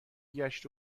گشت